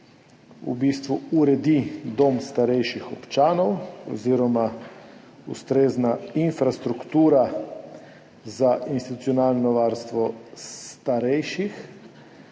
uredi dom starejših občanov oziroma ustrezna infrastruktura za institucionalno varstvo starejših.